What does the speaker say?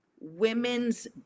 women's